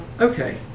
Okay